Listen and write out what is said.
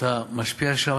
אתה משפיע שם,